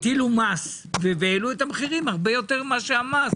הטילו מס והעלו את המחירים, הרבה יותר מהמס.